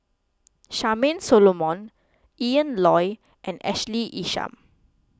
Charmaine Solomon Ian Loy and Ashley Isham